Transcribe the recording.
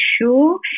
sure